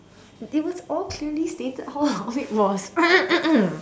it was all clearly stated how long it was